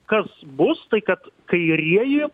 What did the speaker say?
kas bus tai kad kairieji